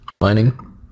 mining